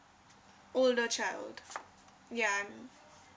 older child ya